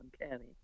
uncanny